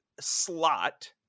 slot